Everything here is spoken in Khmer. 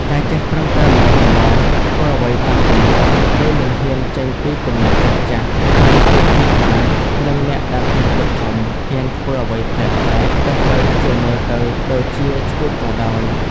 ការចេះត្រឹមតែល្មមៗ ធ្វើអ្វីតាមទម្លាប់ ឬមិនហ៊ានចេញពីគំនិតចាស់ៗ មិនអាចប្រៀបធៀបបាននឹងអ្នកដែលហ៊ានគិតធំ ហ៊ានធ្វើអ្វីប្លែកៗ ទោះបីជាមើលទៅដូចជាឆ្កួតក៏ដោយ។